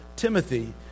Timothy